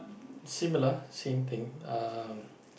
similar same thing uh